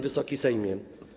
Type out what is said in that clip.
Wysoki Sejmie!